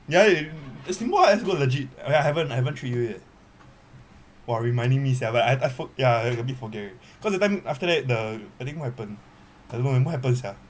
ya you there's more as go legit I mean I haven't haven't treat you yet !wah! reminding me sia but I I for~ ya I a bit forget already so that time after that the I think what happen I don't know man what happen sia